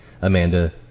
Amanda